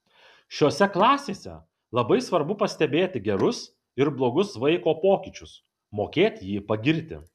šiose klasėse labai svarbu pastebėti gerus ir blogus vaiko pokyčius mokėt jį pagirti